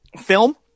film